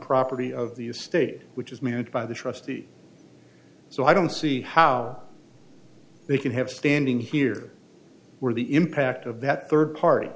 property of the estate which is managed by the trustee so i don't see how they can have standing here where the impact of that third party